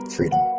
Freedom